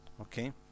okay